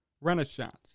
renaissance